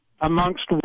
amongst